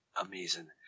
Amazing